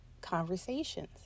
conversations